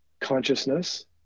consciousness